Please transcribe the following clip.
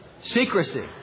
Secrecy